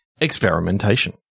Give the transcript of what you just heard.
Experimentation